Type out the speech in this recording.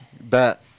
Bet